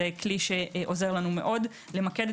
זה כלי שעוזר לנו מאוד למקד,